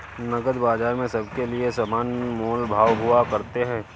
नकद बाजार में सबके लिये समान मोल भाव हुआ करते हैं